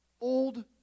old